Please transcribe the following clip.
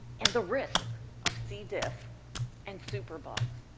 and the risk of c. diff and superbugs.